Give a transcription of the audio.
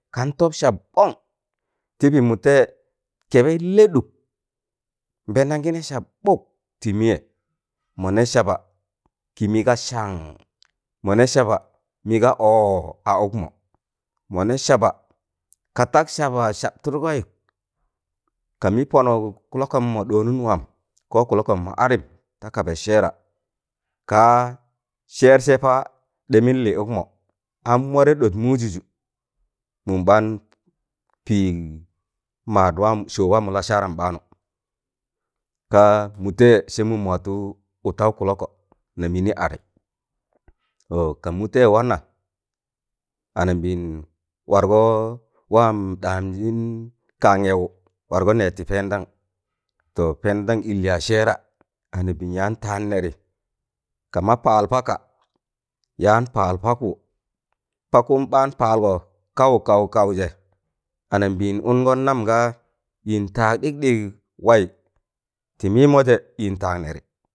Kan tọp sab kọn tịbị mụtẹị kẹbẹị lẹɗụk nbẹẹndam gị nẹ sam ɓuk tị mịyẹ mọnẹ saba kịmị ga sann, mọnẹ saba mịga ọọ a ụkmọ, mọnẹ saba katak saba sabtụdgọị kamị pọnụk kụlọkọn mọ ɗọọnụn waam ko kụlọkọm mọ adịm ta kaba sẹẹra kaa sẹẹrsẹ paa ɗị mịn Lị ụkmọ an warẹ ɗọt mụụjụjụ mụụm ɓaan pịig maadwamm sọọụ waam mo lasaram ɓaanụ kaa mụtẹịya sẹ mụụm mọ watụ ụtaụ kụlọkọ nam yịnị adị ọọ ka mụtẹịyẹ wana anambịịn wargọọ wam ɗanjin kan gẹwụ wargọ nẹ tị pẹẹndan to pẹẹdan ịl yaaz sẹẹra anambịịna yaan taan nẹrị kama paal paka yaan pal pakwu pakwụm ɓaan paal kaụ-kaụ-kaụjẹ anambịịn ụngọn nam gaa yịn taa ɗịk-ɗịk waị tị mịịmọjẹ yịn taag nẹrị